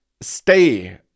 stay